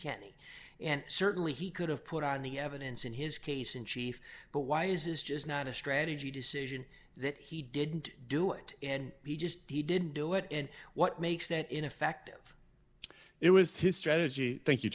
can and certainly he could have put on the evidence in his case in chief but why is this just not a strategy decision that he didn't do it and he just he didn't do it and what makes that ineffective it was his strategy thank you